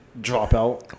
Dropout